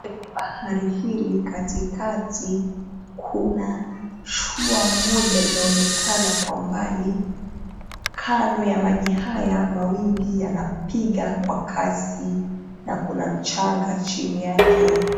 Kwenye bahari hili katikati, kuna shua moja linaloonekana kwa umbali. Kando ya maji haya mawimbi yanapiga kwa kasi na kuna mchanga chini yake.